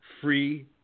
free